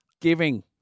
Giving